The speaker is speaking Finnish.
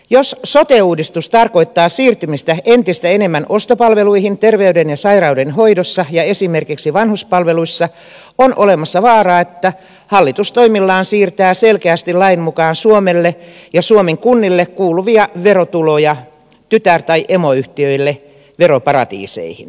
jos sote uudistus tarkoittaa siirtymistä entistä enemmän ostopalveluihin terveyden ja sairaudenhoidossa ja esimerkiksi vanhuspalveluissa on olemassa vaara että hallitus toimillaan siirtää selkeästi lain mukaan suomelle ja suomen kunnille kuuluvia verotuloja tytär tai emoyhtiöille veroparatiiseihin